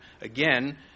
again